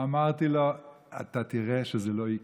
אמרתי, אתה תראה שזה לא יקרה.